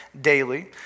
daily